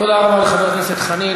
תודה רבה לחבר הכנסת חנין.